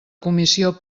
comissió